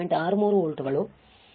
63 ವೋಲ್ಟ್ಗಳು